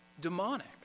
demonic